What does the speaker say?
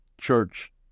church